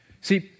See